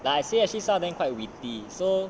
like I say actually some of them quite witty so